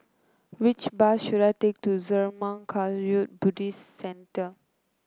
which bus should I take to Zurmang Kagyud Buddhist Centre